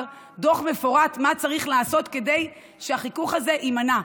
דוח מפורט מה צריך לעשות כדי שהחיכוך הזה יימנע,